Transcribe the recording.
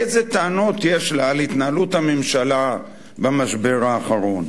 איזה טענות יש לה על התנהלות הממשלה במשבר האחרון?